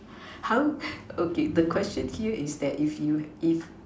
how okay the question here is that if you if